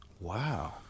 Wow